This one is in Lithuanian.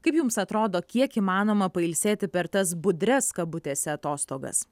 kaip jums atrodo kiek įmanoma pailsėti per tas budrias kabutėse atostogas